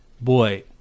boy